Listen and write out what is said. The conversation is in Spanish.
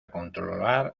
controlar